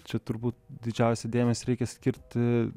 čia turbūt didžiausią dėmesį reikia skirti